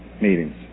meetings